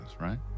right